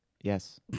Yes